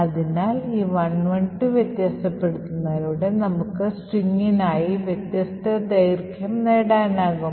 അതിനാൽ ഈ 112 വ്യത്യാസപ്പെടുത്തുന്നതിലൂടെ നമുക്ക് സ്ട്രിംഗിനായി വ്യത്യസ്ത ദൈർഘ്യം നേടാനാകും